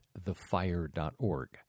thefire.org